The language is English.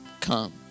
come